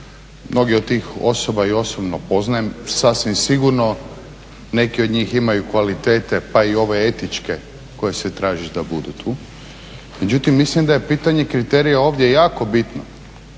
Mnoge od tih osoba i osobno poznajem, sasvim sigurno neke od njih imaju kvalitete pa i ove etičke koje se traže da budu tu, međutim mislim da je pitanje kriterija ovdje jako bitno.